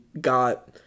got